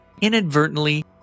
inadvertently